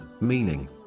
meaning